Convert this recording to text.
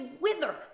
wither